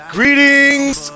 Greetings